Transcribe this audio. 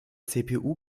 cpu